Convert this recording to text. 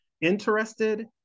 interested